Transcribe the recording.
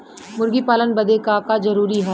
मुर्गी पालन बदे का का जरूरी ह?